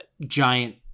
giant